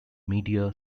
media